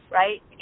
right